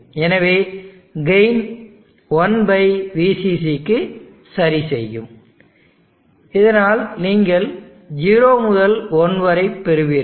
எனவே gain 1 VCC இக்கு சரிசெய்யும் இதனால் நீங்கள் 0 முதல் 1 வரை பெறுவீர்கள்